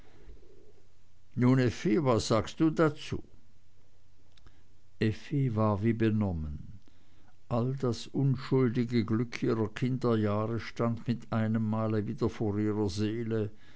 effi was sagst du dazu effi war wie benommen all das unschuldige glück ihrer kinderjahre stand mit einemmal wieder vor ihrer seele